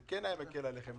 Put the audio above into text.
זה היה מקל עליכם?